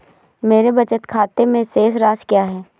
मेरे बचत खाते में शेष राशि क्या है?